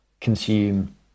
consume